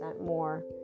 more